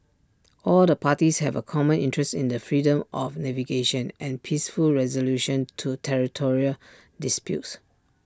all the parties have A common interest in the freedom of navigation and peaceful resolution to territorial disputes